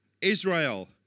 Israel